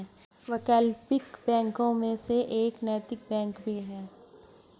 वैकल्पिक बैंकों में से एक नैतिक बैंक भी है